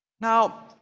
Now